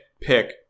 pick